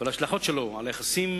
ולהשלכות שלו על היחסים